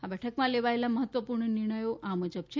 આ બેઠકમાં લેવાયેલા મહત્વપૂર્ણ નિર્ણયો આ મુજબ છે